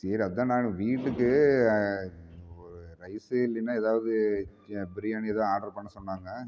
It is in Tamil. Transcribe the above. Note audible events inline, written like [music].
சரி அதான் நான் வீட்டுக்கு ஒரு ரைஸ்ஸு இல்லைன்னா எதாவது [unintelligible] பிரியாணி எதும் ஆர்ட்ரு பண்ண சொன்னாங்க